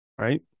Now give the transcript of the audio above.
Right